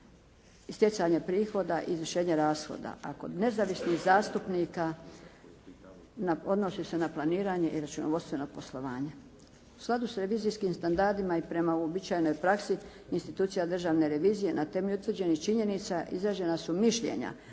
stjecanje prihoda, izvršenje rashoda, a kod nezavisnih zastupnika odnosi se na planiranje i računovodstveno poslovanje. U skladu s revizijskim standardima i prema uobičajenoj praksi institucija državne revizije na temelju utvrđenih činjenica izrađena su mišljenja